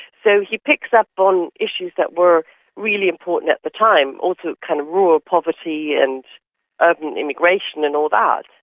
so he picks up on issues that were really important at the time, also kind of rural poverty and urban and immigration and all that.